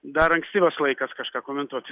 dar ankstyvas laikas kažką komentuoti